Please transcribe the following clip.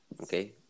Okay